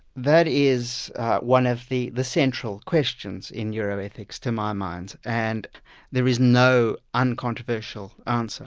that is one of the the central questions in neuroethics to my mind, and there is no uncontroversial answer